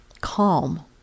calm